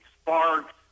sparks